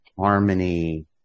harmony